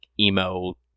Emo